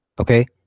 Okay